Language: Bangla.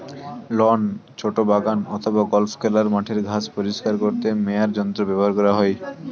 লন, ছোট বাগান অথবা গল্ফ খেলার মাঠের ঘাস পরিষ্কার করতে মোয়ার যন্ত্র ব্যবহার করা হয়